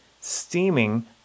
Steaming